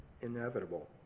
inevitable